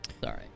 Sorry